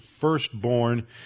firstborn